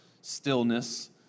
stillness